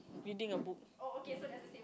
reading a book